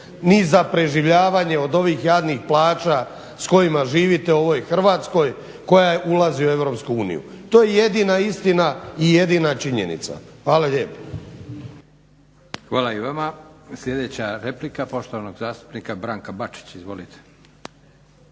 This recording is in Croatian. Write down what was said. ni za preživljavanje od ovih jadnih plaća s kojima živite u ovoj Hrvatskoj koja ulazi u Europsku uniju. To je jedina istina i jedina činjenica. Hvala lijepa.